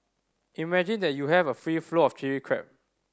imagine that you have a free flow of Chilli Crab